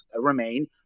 remain